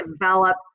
develop